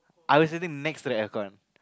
I was sitting next to the air con